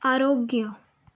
आरोग्य